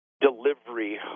delivery